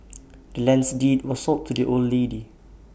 the land's deed was sold to the old lady